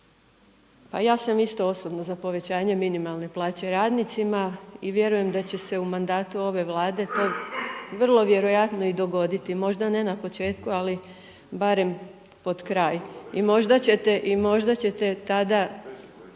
Pa ja sam isto osobno za povećanje minimalne plaće radnicima i vjerujem da će se u mandatu ove Vlade to vrlo vjerojatno i dogoditi, možda ne na početku ali barem pod kraj. I možda ćete tada